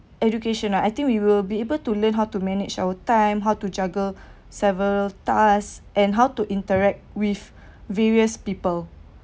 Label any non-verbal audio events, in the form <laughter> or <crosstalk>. education lah I think we will be able to learn how to manage our time how to juggle <breath> several tasks and how to interact with <breath> various people